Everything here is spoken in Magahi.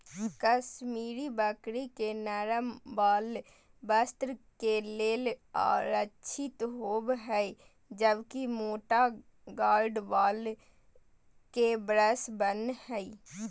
कश्मीरी बकरी के नरम वाल वस्त्र के लेल आरक्षित होव हई, जबकि मोटा गार्ड वाल के ब्रश बन हय